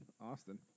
Austin